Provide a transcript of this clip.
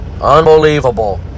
Unbelievable